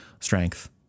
strength